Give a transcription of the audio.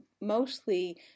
mostly